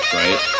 right